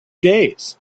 days